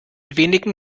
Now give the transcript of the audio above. wenigen